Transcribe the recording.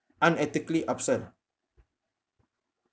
unethically upsell ah